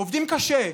עובדים קשה,